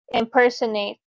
impersonate